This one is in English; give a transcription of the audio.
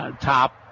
top